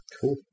Cool